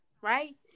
right